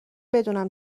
بدونم